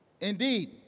Indeed